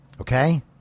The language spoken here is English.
Okay